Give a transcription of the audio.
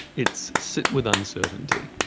it's sit with uncertainty.